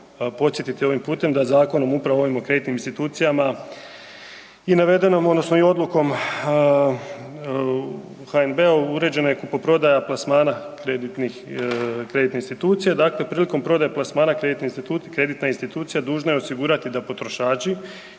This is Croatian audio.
podsjetiti ovim putem da zakonom upravo ovim o kreditnim institucijama i navedenom odnosno i odlukom HNB-a uređena je kupoprodaja plasmana kreditnih, kreditne institucije. Dakle, prilikom prodaje plasmana kreditna institucija dužna je osigurati da potrošači